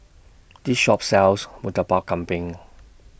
This Shop sells Murtabak Kambing